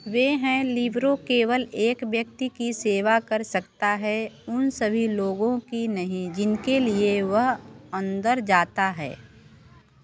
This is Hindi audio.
वे हैं लिबरो केवल एक व्यक्ति की सेवा कर सकता है उन सभी लोगों की नहीं जिनके लिए वह अंदर जाता है